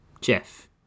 Jeff